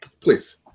Please